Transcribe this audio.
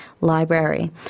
Library